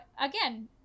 again